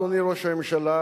אדוני ראש הממשלה,